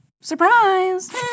surprise